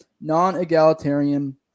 non-egalitarian